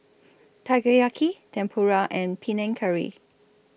Takoyaki Tempura and Panang Curry